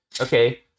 Okay